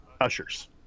Ushers